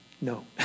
No